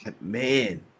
Man